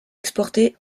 exporté